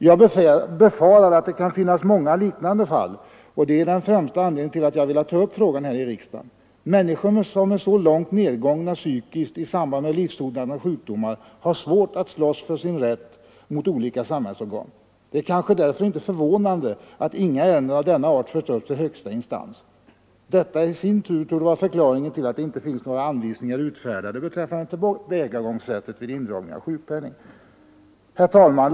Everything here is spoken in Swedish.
Jag befarar att det kan finnas många liknande fall, och det är den främsta anledningen till att jag velat ta upp frågan här i riksdagen. Människor som är så långt nedgångna psykiskt i samband med livshotande sjukdomar har svårt att slåss för sin rätt mot olika samhällsorgan. Det är kanske därför inte förvånande att inga ärenden av denna art förs upp till högsta instans. De tta i sin tur torde vara förklaringen till att det inte finns några anvisningar utfärdade beträffande tillvägagångssättet vid indragning av sjukpenning. Herr talman!